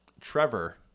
Trevor